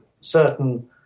certain